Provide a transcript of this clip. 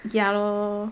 ya lor